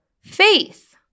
faith